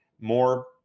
more